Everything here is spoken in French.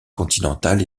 continental